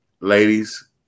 ladies